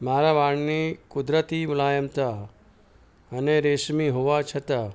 મારા વાળની કુદરતી મુલાયમતા અને રેશમી હોવા છતાં